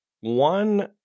one